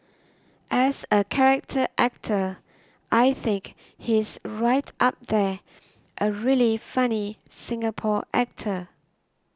as a character actor I think he's right up there a really funny Singapore actor